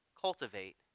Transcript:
cultivate